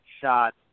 shot